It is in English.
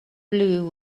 blew